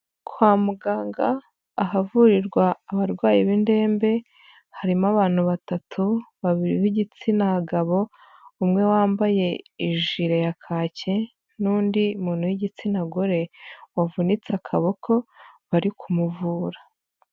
Kwa muganga ahavurirwa abarwayi b'indembe, harimo abantu batatu, babiri b'igitsina gabo, umwe wambaye ijire ya kake n'undi muntu w'igitsina gore wavunitse akaboko, bari kumuvura.